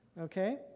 Okay